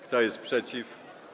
Kto jest przeciw?